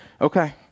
okay